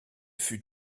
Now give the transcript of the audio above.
fut